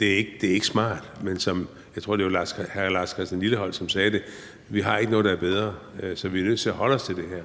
ikke er smart. Men jeg tror, som vistnok hr. Lars Christian Lilleholt sagde det: Vi ikke har noget, der er bedre, så vi er nødt til at holde os til det her.